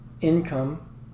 income